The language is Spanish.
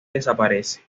desaparece